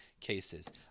cases